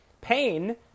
Pain